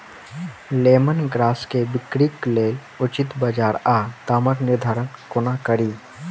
Lemon grass केँ बिक्रीक लेल उचित बजार आ दामक निर्धारण कोना कड़ी?